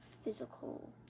Physical